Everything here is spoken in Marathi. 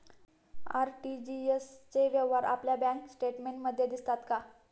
आर.टी.जी.एस चे व्यवहार आपल्या बँक स्टेटमेंटमध्ये दिसतात का?